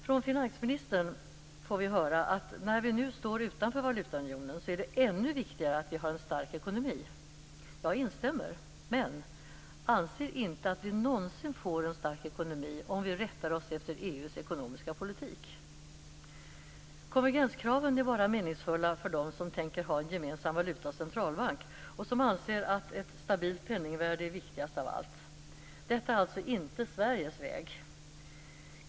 Från finansministern får vi höra att när vi nu står utanför valutaunionen är det ännu viktigare att vi har en stark ekonomi. Jag instämmer, men anser inte att vi någonsin får en stark ekonomi om vi rättar oss efter EU:s ekonomiska politik. Konvergenskraven är bara meningsfulla för dem som tänker ha en gemensam valuta och centralbank och som anser att ett stabilt penningvärde är viktigast av allt. Detta är alltså inte Sveriges väg.